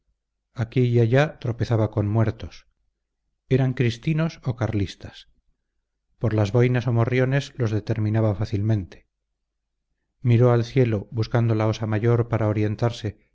y allá tropezaba con muertos eran cristinos o carlistas por las boinas o morriones los determinaba fácilmente miró al cielo buscando la osa mayor para orientarse